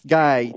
guy